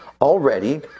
already